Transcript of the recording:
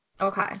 okay